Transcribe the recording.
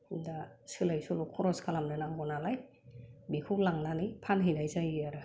दा सोलाय सोल' खरस खालामलायनांगौ नालाय बेखौ लांनानै फानहैनाय जायो आरो